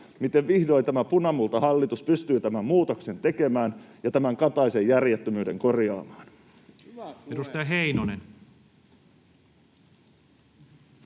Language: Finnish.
miten vihdoin tämä punamultahallitus pystyy tämän muutoksen tekemään ja tämän Kataisen järjettömyyden korjaamaan.